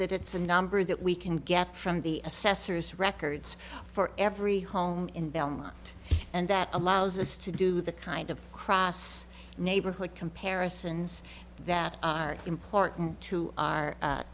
that it's a number that we can get from the assessors records for every home in belmont and that allows us to do the kind of cross neighborhood comparisons that are important to our